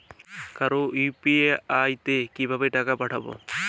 কারো ইউ.পি.আই তে কিভাবে টাকা পাঠাবো?